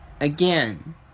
Again